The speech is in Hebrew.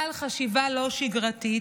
בעל חשיבה לא שגרתית,